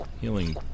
healing